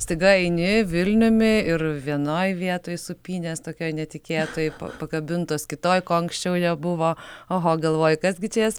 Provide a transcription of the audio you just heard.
staiga eini vilniumi ir vienoj vietoj supynės tokioj netikėtoj pakabintos kitoj ko anksčiau nebuvo oho galvoji kas gi čia jas